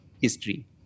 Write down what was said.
history